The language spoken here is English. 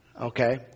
Okay